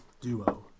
duo